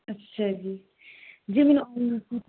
ਅੱਛਾ ਜੀ ਜੀ ਮੈਨੂੰ